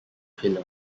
pillar